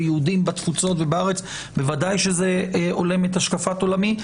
ביהודים בתפוצות ובארץ בוודאי שזה הולם את השקפת עולמי.